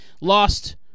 lost